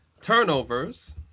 turnovers